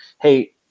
Hey